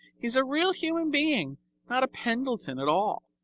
he's a real human being not a pendleton at all.